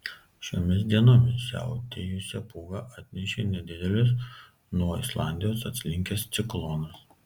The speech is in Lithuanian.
šiomis dienomis siautėjusią pūgą atnešė nedidelis nuo islandijos atslinkęs ciklonas